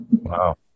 Wow